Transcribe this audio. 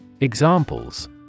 Examples